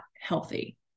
healthy